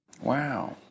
Wow